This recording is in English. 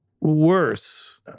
worse